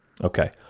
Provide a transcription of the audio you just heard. Okay